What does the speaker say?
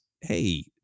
hey